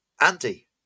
Andy